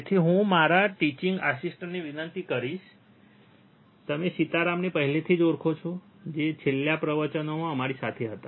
તેથી હું મારા ટીચિંગ આસિસ્ટન્ટને વિનંતી કરીશ તમે સીતારામને પહેલેથી જ ઓળખો છો જે છેલ્લા પ્રવચનોમાં અમારી સાથે હતા